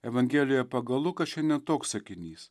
evangelija pagal luką šiandien toks sakinys